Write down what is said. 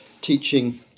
teaching